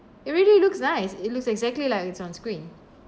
it really looks nice it looks exactly like it's on screen